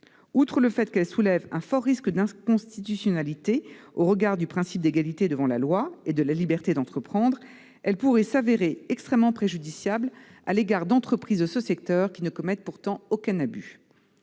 Outre qu'elle soulève un fort risque d'inconstitutionnalité au regard du principe d'égalité devant la loi et de la liberté d'entreprendre, elle pourrait s'avérer extrêmement préjudiciable pour des entreprises de ce secteur qui ne commettent pourtant aucun abus.